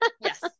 Yes